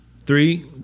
Three